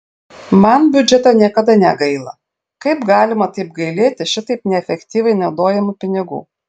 man biudžeto niekada negaila kaip galima taip gailėti šitaip neefektyviai naudojamų pinigų